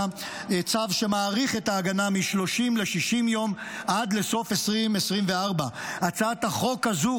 צו שמאריך את ההגנה מ-30 ל-60 יום עד לסוף 2024. הצעת החוק הזו,